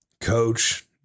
coach